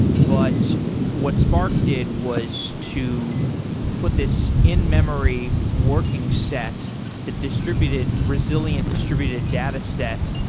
but what spark did was to put this in-memory working set the distributed, resilient distributed data set.